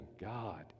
God